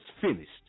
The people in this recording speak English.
finished